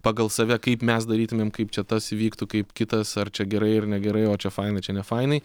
pagal save kaip mes darytumėm kaip čia tas vyktų kaip kitas ar čia gerai ar negerai o čia faina čia nefainai